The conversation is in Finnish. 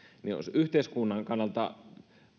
olisi yhteiskunnan kannalta